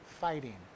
fighting